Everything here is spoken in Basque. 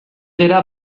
gera